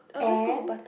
and